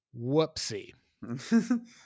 whoopsie